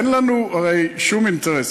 אין לנו הרי שום אינטרס.